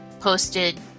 posted